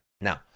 Now